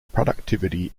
productivity